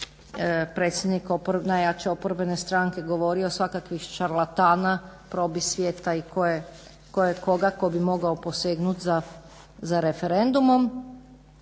predsjednik najjače oporbene stranke govorio, svakakvih šarlatana, probisvijeta i kojekoga tko bi mogao posegnut za referendumom